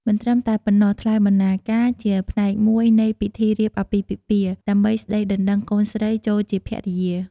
មិនត្រឹមតែប៉ុណ្ណោះថ្លៃបណ្ណាការជាផ្នែកមួយនៃពិធីរៀបអាពាហ៍ពិពាហ៍ ដើម្បីស្ដីដណ្ដឹងកូនស្រីចូលជាភរិយា។